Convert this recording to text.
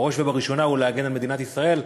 בראש ובראשונה תפקידו להגן על מדינת ישראל,